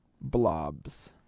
Blobs